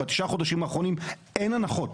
בתשעה חודשים האחרונים אין הנחות.